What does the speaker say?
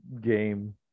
game